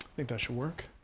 think that should work.